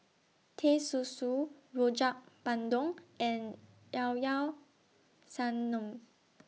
Teh Susu Rojak Bandung and Llao Llao Sanum